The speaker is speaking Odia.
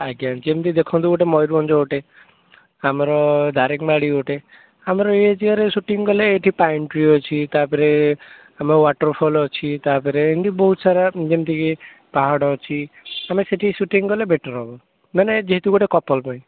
ଆଜ୍ଞା ଯେମିତି ଦେଖନ୍ତୁ ଗୋଟିଏ ମୟୂରଭଞ୍ଜ ଗୋଟିଏ ଆମର ଦାରିଙ୍ଗବାଡ଼ି ଗୋଟିଏ ଆମର ଏଇ ଦିହରେ ଶୁଟିଂ କଲେ ପାଇନ୍ ଟ୍ରୀ ଅଛି ତାପରେ ଆମର ୱାଟାରଫଲ୍ ଅଛି ତାପରେ ଏମିତି ବହୁତସାରା ଯେମିତିକି ପାହାଡ଼ ଅଛି ଆମେ ସେଇଠି ଶୂଟିଂ କଲେ ବେଟର୍ ହବ ମାନେ ଯେହେତୁ ଗୋଟିଏ କପଲ୍ ପାଇଁ